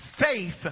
faith